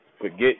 forget